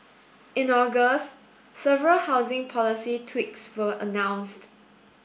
in August several housing policy tweaks were announced